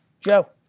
Joe